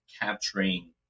capturing